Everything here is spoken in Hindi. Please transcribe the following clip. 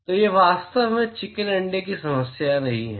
तो यह वास्तव में चिकन अंडे की समस्या नहीं है